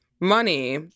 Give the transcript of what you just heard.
money